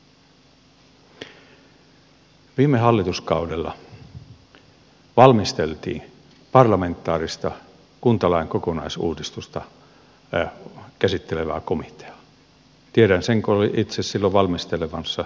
viime hallituskaudella valmisteltiin parlamentaarista kuntalain kokonaisuudistusta käsittelevää komiteaa tiedän sen kun olin itse silloin valmistelemassa sitä asiaa